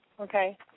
Okay